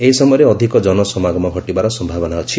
ଏହି ସମୟରେ ଅଧିକ ଜନସମାଗମ ଘଟିବାର ସମ୍ଭାବନା ଅଛି